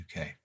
UK